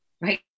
Right